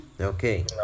Okay